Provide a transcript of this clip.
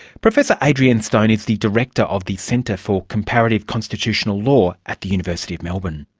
professor adrienne stone is the director of the centre for comparative constitutional law at the university of melbourne.